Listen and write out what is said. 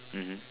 mmhmm